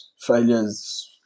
failures